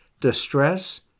Distress